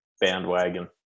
bandwagon